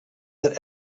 that